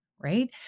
Right